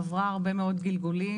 עברה הרבה מאוד גלגולים,